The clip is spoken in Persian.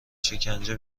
شکنجه